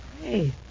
Hey